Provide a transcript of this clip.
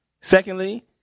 Secondly